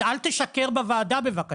אז אל תשקר בוועדה בבקשה.